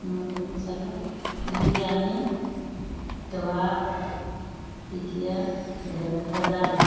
مرغ مسلم بریانی کباب ٹکیا رزالہ